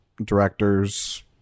directors